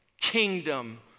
kingdom